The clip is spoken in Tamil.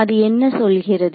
அது என்ன சொல்கிறது